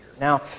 Now